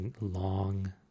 long